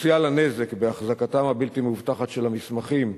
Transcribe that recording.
פוטנציאל הנזק בהחזקתם הבלתי-מאובטחת של המסמכים,